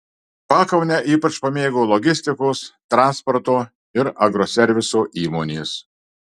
pakaunę ypač pamėgo logistikos transporto ir agroserviso įmonės